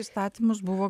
įstatymus buvo